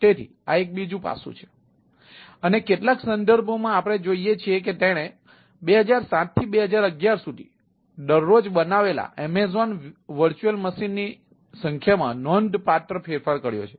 તેથી આ બીજું પાસું છે અને કેટલાક સંદર્ભોમાં આપણે જોઈએ છીએ કે તેણે 2007થી 2011 સુધી દરરોજ બનાવેલા એમેઝોન VM ની સંખ્યામાં નોંધપાત્ર ફેરફાર કર્યો છે